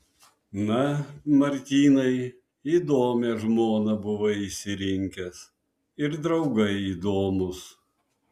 na martynai įdomią žmoną buvai išsirinkęs ir draugai įdomūs